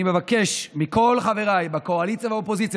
אני מבקש מכל חבריי בקואליציה ובאופוזיציה,